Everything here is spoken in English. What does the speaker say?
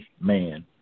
man